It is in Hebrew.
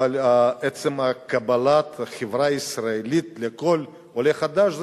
אבל עצם קבלת החברה הישראלית כל עולה חדש,